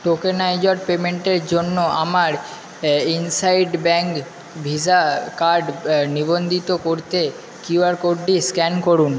tokeniser পেমেন্টের জন্য আমার ইনসাইড ব্যাংক ভিসা কার্ড নিবন্ধিত করতে কিউআর কোডটি স্ক্যান করুন